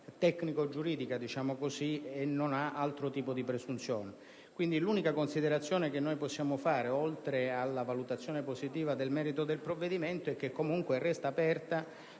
tecnico-giuridica e non ha altro tipo di presunzione. Quindi, l'unica considerazione che possiamo fare, oltre alla valutazione positiva del merito del provvedimento, è che comunque restano aperti